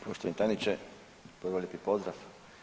Poštovani tajniče, prvo lijepi pozdrav.